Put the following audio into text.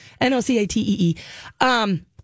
N-O-C-A-T-E-E